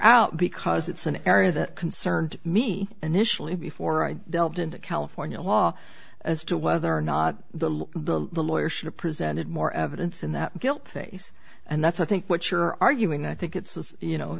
out because it's an area that concerned me initially before i delved into california law as to whether or not the lawyer should presented more evidence in the guilt phase and that's i think what you're arguing i think it's you know